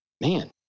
man